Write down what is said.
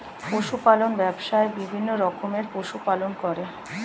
পশু পালন ব্যবসায়ে বিভিন্ন রকমের পশু পালন করে